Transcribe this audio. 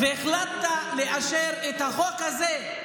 החלטת לאשר את החוק הזה,